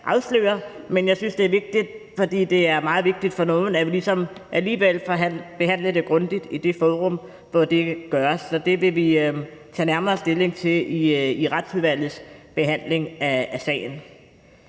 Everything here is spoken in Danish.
afsløre, men jeg synes, det er vigtigt, fordi det er meget vigtigt for nogen, at vi ligesom alligevel får behandlet det grundigt i det forum, hvor det gøres, så det vil vi tage nærmere stilling til i Retsudvalgets behandling af sagen.